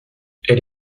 elle